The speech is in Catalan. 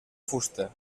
fusta